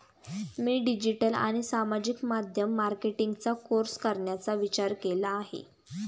मी digital आणि सामाजिक माध्यम मार्केटिंगचा कोर्स करण्याचा विचार केला आहे